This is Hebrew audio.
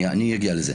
אני אגיע לזה.